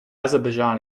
azerbaijan